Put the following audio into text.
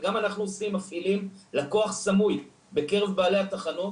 אנחנו מפעילים לקוח סמוי בקרב בעלי התחנות,